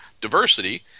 diversity